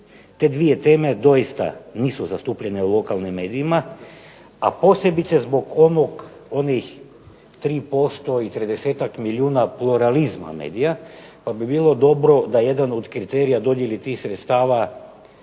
Te dvije teme doista nisu zastupljene u lokalnim medijima a posebice zbog onih 3% i tridesetak milijuna pluralizma medija pa bi bilo dobro da jedan od kriterija dodjele tih sredstava